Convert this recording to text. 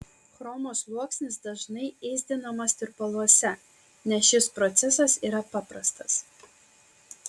chromo sluoksnis dažnai ėsdinamas tirpaluose nes šis procesas yra paprastas